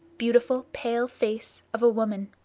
beautiful, pale face of a woman.